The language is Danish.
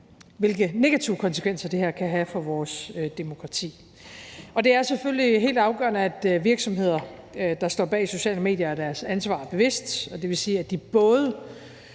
hvilke negative konsekvenser det her kan have for vores demokrati. Det er selvfølgelig helt afgørende, at virksomheder, der står bag sociale medier, er deres ansvar bevidst, og det vil sige, at de både